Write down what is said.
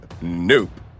Nope